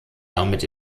damit